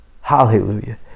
Hallelujah